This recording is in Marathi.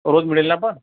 रोज मिळेल ना पण